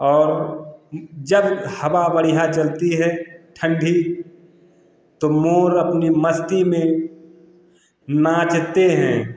और जब हवा बढ़िया चलती है ठंडी तो मोर अपनी मस्ती में नाचते हैं